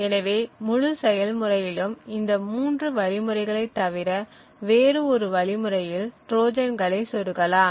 எனவே முழு செயல்முறையிலும் இந்த மூன்று வழிமுறைகளை தவிர வேற ஒரு வழிமுறையில் ட்ரோஜான்களை சொருகலாம்